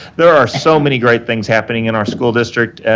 there are so many great things happening in our school district,